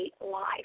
life